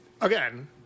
again